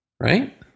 right